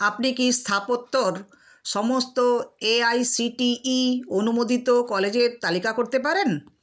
আপনি কি স্থাপত্যর সমস্ত এআইসিটিই অনুমোদিত কলেজের তালিকা করতে পারেন